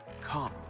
Come